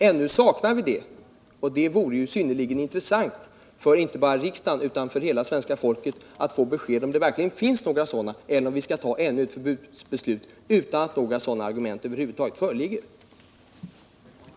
Ännu saknar vi besked om detta, och det vore synnerligen intressant inte bara för riksdagen utan för hela svenska folket att få ett besked om det finns några sådana effekter eller om vi skall fatta ytterligare ett förbudsbeslut utan att några argument över huvud taget föreligger i det avseendet.